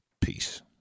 Peace